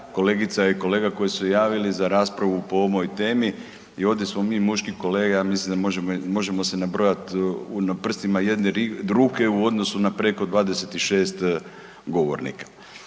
kolegica i kolega koji su se javili za raspravu po ovoj temi i ovdje smo mi muški kolege, ja mislim možemo se nabrojati na prstima jedne ruke u odnosu na preko 26 govornika.